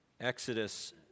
Exodus